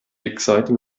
exciting